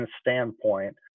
standpoint